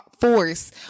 force